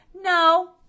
no